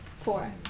Four